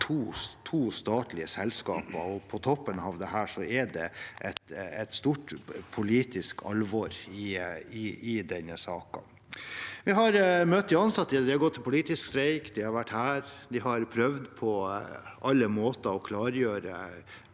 to statlige selskap, og på toppen av dette er det et stort politisk alvor i denne saken. Vi har møtt de ansatte. De har gått til politisk streik, de har vært her, og de har på alle måter prøvd å klargjøre